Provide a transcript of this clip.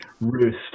Roost